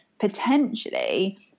potentially